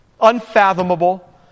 unfathomable